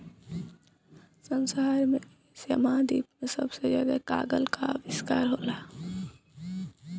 संसार में एशिया महाद्वीप से सबसे ज्यादा कागल कअ उत्पादन होला